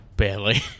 Barely